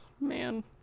man